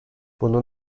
bunu